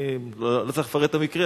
אני לא צריך לפרט את המקרה,